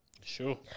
Sure